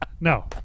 No